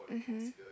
mmhmm